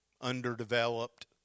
underdeveloped